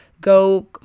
go